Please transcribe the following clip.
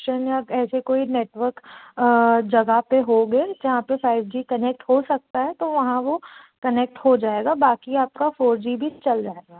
क्शन या ऐसे कोई नेटवर्क जगह पर होंगे जहाँ पर फाइव जी कनेक्ट हो सकता है तो वहाँ वह कनेक्ट हो जाएगा बाकी आपका फोर जी भी चल जाएगा